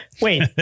wait